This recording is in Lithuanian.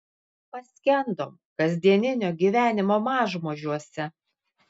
paskendom kasdieninio gyvenimo mažmožiuose